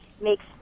makes